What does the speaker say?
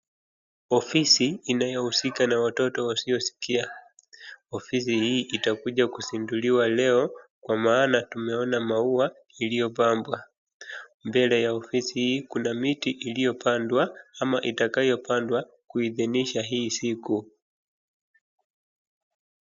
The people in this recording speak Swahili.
Ofisi inayohusika na watoto wasiosikia. Ofisi hii itakuja kuzinduliwa leo kwa maana tumeona maua iliyopambwa. Mbele ya ofisi hii kuna miti iliyopandwa ama itakayopandwa kuhithinisha hii siku.